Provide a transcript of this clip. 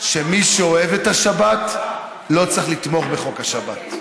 שמי שאוהב את השבת לא צריך לתמוך בחוק השבת.